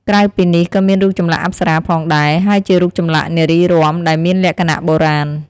ក្រៅពីនេះ ក៏មានរូបចម្លាក់អប្សារាផងដែរ ហើយជារូបចម្លាក់នារីរាំ ដែលមានលក្ខណៈបុរាណ។